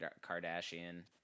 Kardashian